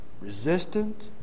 resistant